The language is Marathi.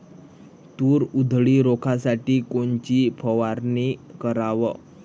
तूर उधळी रोखासाठी कोनची फवारनी कराव?